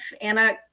Anna